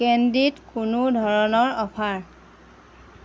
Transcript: কেণ্ডিত কোনো ধৰণৰ অফাৰ